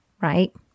right